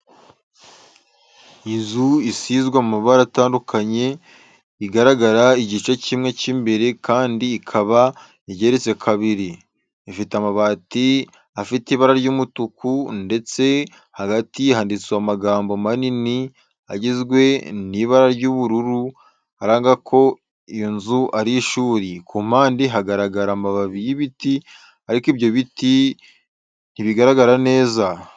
Inzu isizwe amabara atandukanye igaragara igice kimwe cy'imbere kandi ikaba igeretse kabiri, Ifite amabati afite ibara ry'umutuku ndetse hagati handitswe amagambo manini agizwe nibara ry'ubururu aranga ko iyinzu ari ishuri. Kumpande haragaragara amababi y'ibiti ariko ibyo biti ntibigaragara neza.